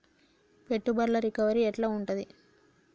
పెట్టుబడుల రికవరీ ఎట్ల ఉంటది?